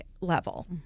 level